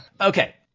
okay